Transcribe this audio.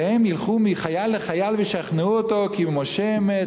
והם ילכו מחייל לחייל וישכנעו אותו כי משה אמת,